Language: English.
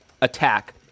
attack